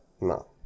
no